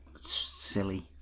silly